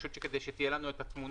פשוט כדי שתהיה לנו תמונה.